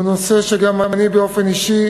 הוא נושא שגם אני באופן אישי